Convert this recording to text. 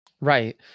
Right